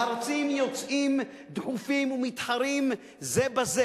והרצים יוצאים דחופים ומתחרים זה בזה